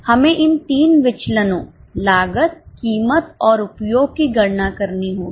हमें इन 3 विचलनो लागत कीमत और उपयोग की गणना करनी होगी